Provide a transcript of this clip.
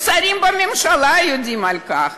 והשרים בממשלה יודעים על כך,